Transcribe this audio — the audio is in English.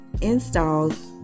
installs